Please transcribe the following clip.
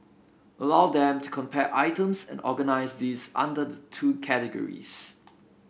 allow them to compare items and organise these under the two categories